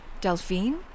Delphine